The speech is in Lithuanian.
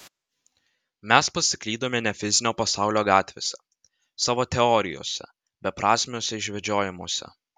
mes pasiklydome ne fizinio pasaulio gatvėse savo teorijose beprasmiuose išvedžiojimuose